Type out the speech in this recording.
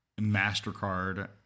MasterCard